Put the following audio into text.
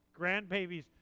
Grandbabies